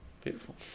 Beautiful